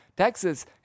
Texas